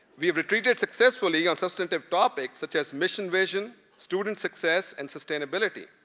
we retreated successfully on substantive topics such as mission vision, student success, and sustainability.